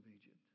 Egypt